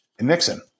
Nixon